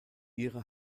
ihre